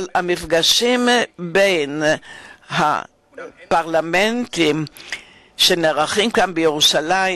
המפגשים בין נשיאויות הפרלמנטים שנערכים היום כאן בירושלים